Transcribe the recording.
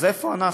אז איפה אנחנו?